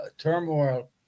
turmoil